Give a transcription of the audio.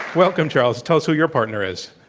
welcome, charles. tell us who your partner is.